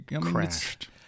crashed